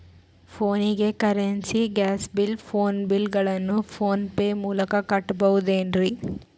ಫೋನಿಗೆ currency, gas bill, phone bill ಗಳನ್ನು PhonePe ಮೂಲಕ ಕಟ್ಟಬಹುದೇನ್ರಿ?